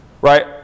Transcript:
right